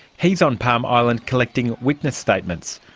he's on palm island collecting witness statements.